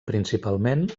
principalment